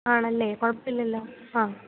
ആണല്ലേ കുഴപ്പമില്ലല്ലോ ആ